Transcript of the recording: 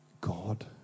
God